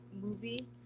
movie